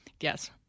Yes